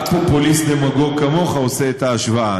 רק פופוליסט דמגוג כמוך עושה את ההשוואה.